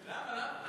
למה?